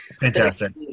Fantastic